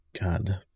God